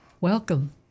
welcome